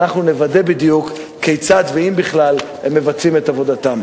ואנחנו נוודא בדיוק כיצד ואם בכלל הם מבצעים את עבודתם.